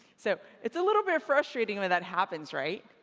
so it's a little bit frustrating when that happens, right?